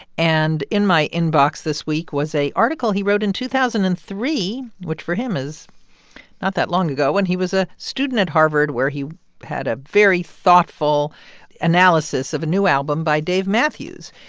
and in my inbox this week was a article he wrote in two thousand and three, which for him is not that long ago, when he was a student at harvard where he had a very thoughtful analysis of a new album by dave matthews.